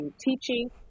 teaching